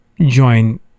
join